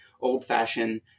old-fashioned